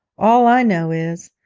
all i know is,